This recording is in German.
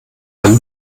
ein